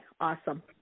Awesome